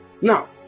Now